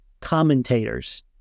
commentators